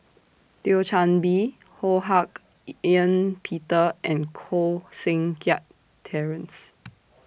Thio Chan Bee Ho Hak Ean Peter and Koh Seng Kiat Terence